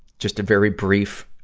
just a very brief